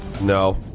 No